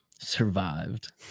Survived